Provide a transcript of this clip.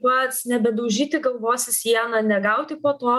pats nebedaužyti galvos į sieną negauti po to